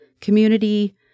community